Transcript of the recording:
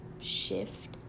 shift